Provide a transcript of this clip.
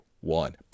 one